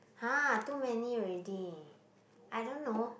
!huh! too many already I don't know